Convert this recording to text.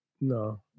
No